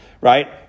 right